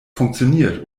funktioniert